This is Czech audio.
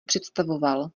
představoval